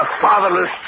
fatherless